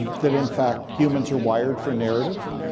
that in fact, humans are wired for narrative.